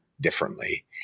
differently